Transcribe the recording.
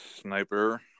Sniper